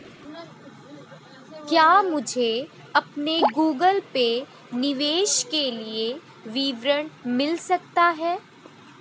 क्या मुझे अपने गूगल पे निवेश के लिए विवरण मिल सकता है?